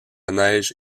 neige